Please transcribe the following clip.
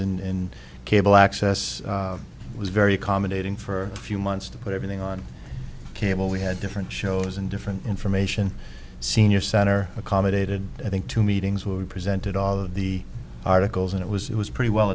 in cable access was very accommodating for a few months to put everything on cable we had different shows and different information senior center accommodated i think two meetings where we presented all of the articles and it was it was pretty well